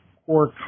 core